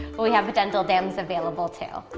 we have a dental dams available too.